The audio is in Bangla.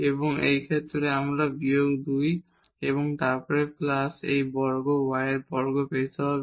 এবং এই ক্ষেত্রে আমরা বিয়োগ 2 এবং তারপর প্লাস এই y বর্গ পেতে হবে